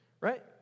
right